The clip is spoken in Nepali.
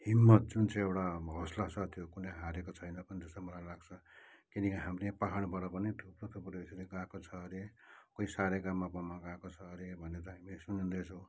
हिम्मत जुन चाहिँ एउटा हौसला छ त्यो कुनै हारेको छैन जस्तो पनि मलाई लाग्छ किनकि हामीले पाहाडबाट पनि थुप्रो थुप्रो यसरी गएको छ अरे कोही सारेगमपमा गएको छ अरे भन्ने त हामीले सुन्दैछौँ